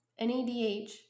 NADH